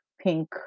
Pink